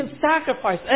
sacrifice